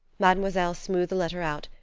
mademoiselle smoothed the letter out,